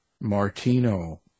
Martino